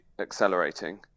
accelerating